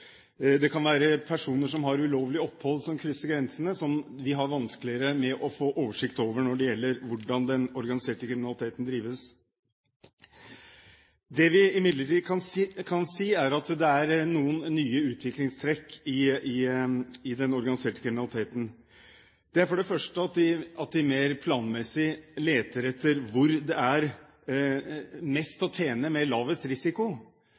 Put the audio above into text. Det kan være personer som har ulovlig opphold som krysser grensene, som vi har vanskeligere for å få oversikt over når det gjelder hvordan den organiserte kriminaliteten drives. Det vi imidlertid kan si, er at det er noen nye utviklingstrekk i den organiserte kriminaliteten. For det første leter de mer planmessig etter hvor det er mest å tjene, med lavest risiko,